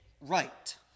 right